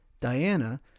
Diana